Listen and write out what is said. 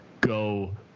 go